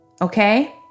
Okay